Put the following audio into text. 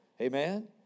Amen